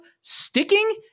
sticking